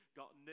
got